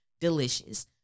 Delicious